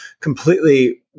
completely